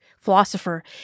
Philosopher